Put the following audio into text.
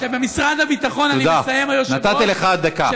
שבמשרד הביטחון, אני מסיים, היושב-ראש, תודה.